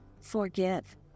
forgive